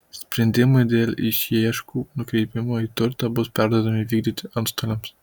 sprendimai dėl išieškų nukreipimo į turtą bus perduodami vykdyti antstoliams